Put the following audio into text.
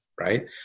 right